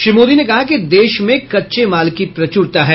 श्री मोदी ने कहा कि देश में कच्चे माल की प्रचुरता है